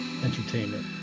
entertainment